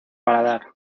paladar